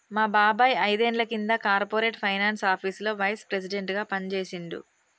మా బాబాయ్ ఐదేండ్ల కింద కార్పొరేట్ ఫైనాన్స్ ఆపీసులో వైస్ ప్రెసిడెంట్గా పనిజేశిండు